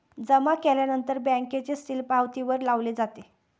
जमा केल्यानंतर बँकेचे सील पावतीवर लावले जातो